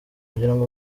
kugirango